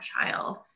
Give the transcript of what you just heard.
child